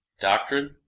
Doctrine